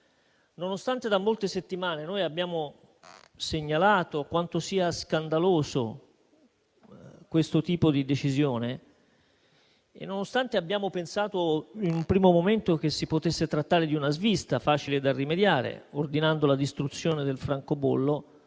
Nonostante da molte settimane abbiamo segnalato quanto sia scandaloso questo tipo di decisione e nonostante abbiamo pensato, in un primo momento, si potesse trattare di una svista facile da rimediare, ordinando la distruzione del francobollo,